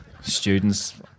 students